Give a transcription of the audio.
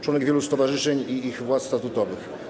Członek wielu stowarzyszeń i ich władz statutowych.